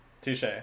Touche